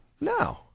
No